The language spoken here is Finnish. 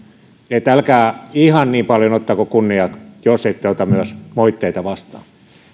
että älkää ihan niin paljon ottako kunniaa jos ette ota myös moitteita vastaan